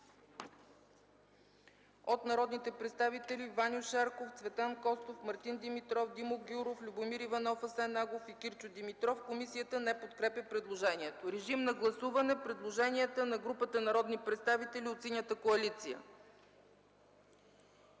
от народните представители Ваньо Шарков, Цветан Костов, Мартин Димитров, Димо Гяуров, Любомир Иванов, Асен Агов и Кирчо Димитров. Комисията не подкрепя предложението. Гласуваме предложенията на групата народни представители от Синята коалиция.